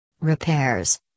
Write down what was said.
Repairs